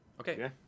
Okay